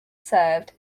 served